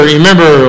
remember